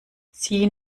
sie